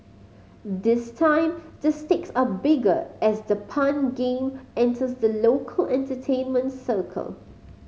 this time the stakes are bigger as the pun game enters the local entertainment circle